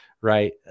Right